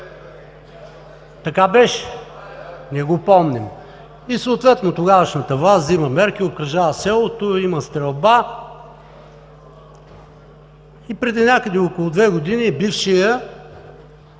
Така беше – ние го помним. Съответно тогавашната власт взема мерки, обкръжава селото, има стрелба. Някъде преди около две години бившият